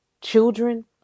children